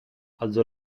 alzò